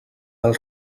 del